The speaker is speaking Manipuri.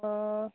ꯑꯣ